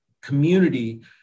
community